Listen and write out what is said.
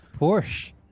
Porsche